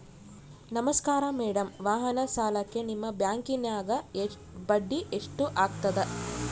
ನಮಸ್ಕಾರ ಮೇಡಂ ವಾಹನ ಸಾಲಕ್ಕೆ ನಿಮ್ಮ ಬ್ಯಾಂಕಿನ್ಯಾಗ ಬಡ್ಡಿ ಎಷ್ಟು ಆಗ್ತದ?